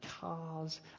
cars